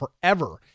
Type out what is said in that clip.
forever